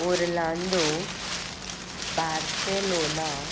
orlando Barcelona